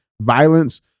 violence